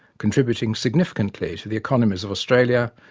contributing significantly to the economies of australia,